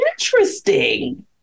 interesting